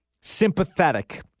sympathetic